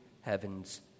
heaven's